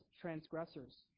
transgressors